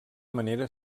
manera